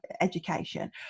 education